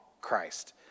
Christ